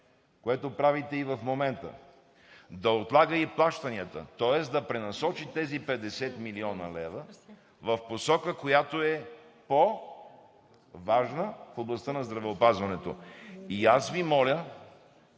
което правите и в момента. Да отлага и плащанията, тоест да пренасочи тези 50 млн. лв. в посока, която е по-важна в областта на здравеопазването. Моля